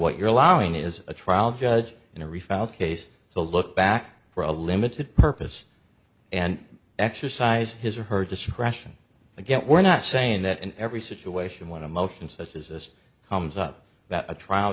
what you're allowing is a trial judge in a refiled case to look back for a limited purpose and exercise his or her discretion again we're not saying that in every situation when emotions such as this comes up that a trial